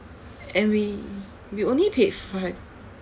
and we we only paid fi~